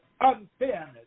unfairness